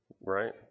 right